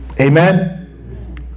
Amen